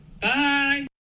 Bye